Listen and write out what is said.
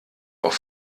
auf